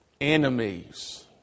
enemies